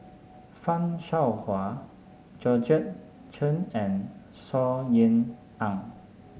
Fan Shao Hua Georgette Chen and Saw Ean Ang